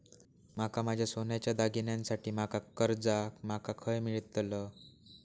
माका माझ्या सोन्याच्या दागिन्यांसाठी माका कर्जा माका खय मेळतल?